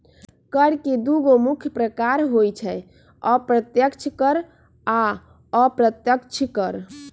कर के दुगो मुख्य प्रकार होइ छै अप्रत्यक्ष कर आ अप्रत्यक्ष कर